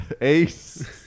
Ace